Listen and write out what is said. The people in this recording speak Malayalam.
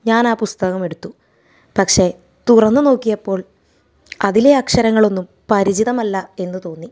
ഞാനാ പുസ്തകം എടുത്തു പക്ഷേ തുറന്നുനോക്കിയപ്പോൾ അതിലെ അക്ഷരങ്ങളൊന്നും പരിചിതമല്ല എന്ന് തോന്നി